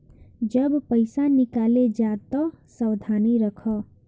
जब पईसा निकाले जा तअ सावधानी रखअ